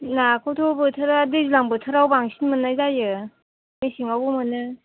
नाखौथ' बोथोरा दैज्लां बोथोराव बांसिन मोननाय जायो मेसेङावबो मोनो